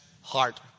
heart